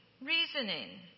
reasoning